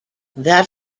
that